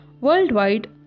Worldwide